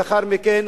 ולאחר מכן,